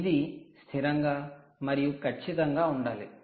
ఇది స్థిరంగా మరియు కచ్చితంగా ఉండాలి